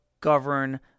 govern